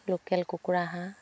local কুকুৰা হাঁহ